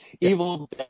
Evil